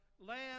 Land